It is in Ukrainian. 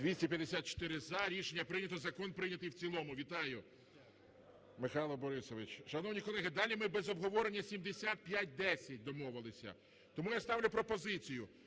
За-254 Рішення прийнято. Закон прийнятий в цілому. Вітаю, Михайло Борисович. Шановні колеги, далі ми без обговорення 7510, домовилися. Тому я ставлю пропозицію